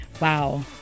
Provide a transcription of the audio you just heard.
Wow